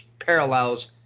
parallels